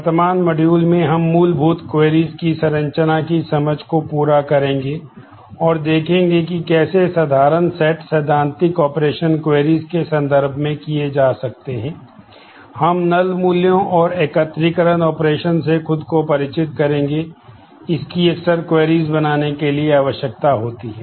वर्तमान मॉड्यूल में हम मूलभूत क्वेरीज बनाने के लिए आवश्यकता होगी